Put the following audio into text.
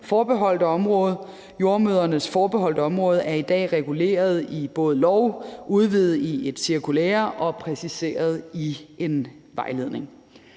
forbeholdte område. Jordemødrenes forbeholdte område er i dag både reguleret i lov, udvidet i et cirkulære og præciseret i en vejledning.